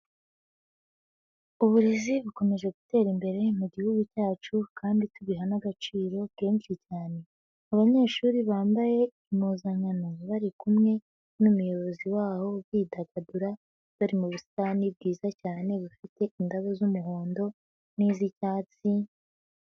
Uburezi bukomeje gutera imbere mu gihugu cyacu kandi tubiha n'agaciro kenshi cyane. Abanyeshuri bambaye impuzankano, bari kumwe n'umuyobozi wabo bidagadura, bari mu busitani bwiza cyane, bufite indabo z'umuhondo n'iz'icyatsi.